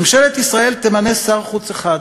ממשלת ישראל תמנה שר חוץ אחד